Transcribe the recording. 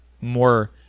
more